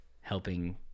helping